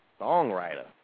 songwriter